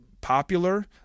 popular